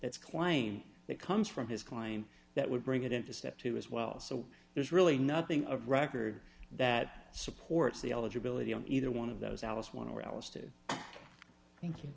that's claim that comes from his client that would bring it into step two as well so there's really nothing of record that supports the eligibility in either one of those